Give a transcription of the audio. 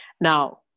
Now